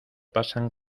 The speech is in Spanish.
pasan